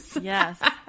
Yes